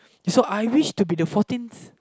so I wish to be the fourteenth